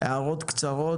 הערות קצרות,